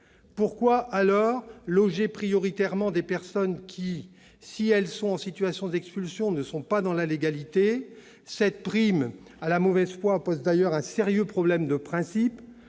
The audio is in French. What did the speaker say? Pourquoi loger prioritairement des personnes qui, si elles sont en situation d'expulsion, ne sont pas dans la légalité ? Cette prime à la mauvaise foi pose d'ailleurs un sérieux problème de principe